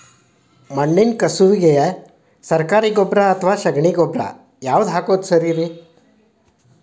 ಮಣ್ಣಿನ ಕಸುವಿಗೆ ಸರಕಾರಿ ಗೊಬ್ಬರ ಅಥವಾ ಸಗಣಿ ಗೊಬ್ಬರ ಯಾವ್ದು ಹಾಕೋದು ಸರೇರಿ?